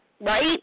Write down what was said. right